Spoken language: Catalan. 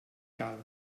cal